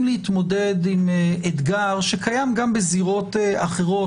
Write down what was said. להתמודד עם אתגר שקיים גם בזירות אחרות,